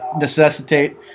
necessitate